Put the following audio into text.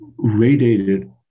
radiated